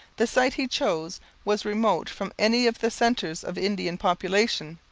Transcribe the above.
the site he chose was remote from any of the centres of indian population.